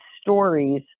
stories